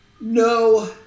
No